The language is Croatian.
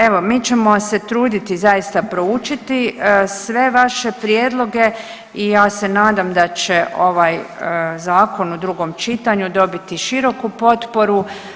Evo, mi ćemo se truditi zaista proučiti sve vaše prijedloge i ja se nadam da će ovaj zakon u drugom čitanju dobiti široku potporu.